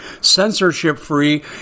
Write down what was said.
censorship-free